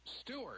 Stewart